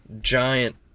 giant